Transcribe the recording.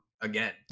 again